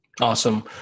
Awesome